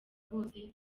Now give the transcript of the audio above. bose